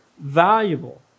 valuable